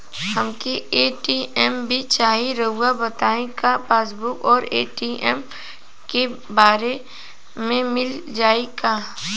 हमके ए.टी.एम भी चाही राउर बताई का पासबुक और ए.टी.एम एके बार में मील जाई का?